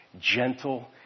gentle